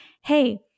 hey